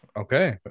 Okay